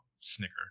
Snicker